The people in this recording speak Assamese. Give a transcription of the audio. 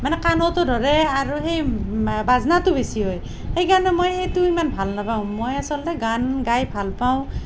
মানে কাণতো ধৰে আৰু সেই বাজনাটো বেছি হয় সেইকাৰণে মই সেইটো সিমান ভাল নাপাওঁ মই আচলতে গান গাই ভাল পাওঁ